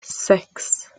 six